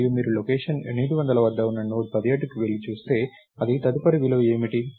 మరియు మీరు లొకేషన్ 800 వద్ద ఉన్న నోడ్17 కి వెళ్లి చూస్తే దాని తదుపరి విలువ ఏమిటి